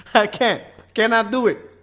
i can't cannot do it